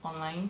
online